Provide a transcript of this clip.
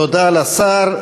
תודה לשר.